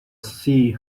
see